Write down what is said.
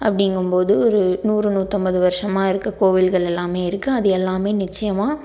அப்படிங்கம்போது ஒரு நூறு நூற்றம்பது வருஷமா இருக்க கோவில்கள் எல்லாமே இருக்குது அது எல்லாமே நிச்சயமாக